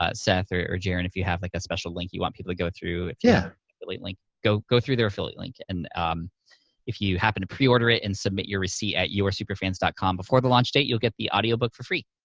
ah seth or or jaren, if you have like a special link you want people to go through, yeah affiliate link. go go through their affiliate link, and if you happen to pre-order it and submit your receipt at yoursuperfans dot com before the launch date, you'll get the audiobook for free.